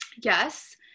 yes